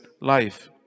life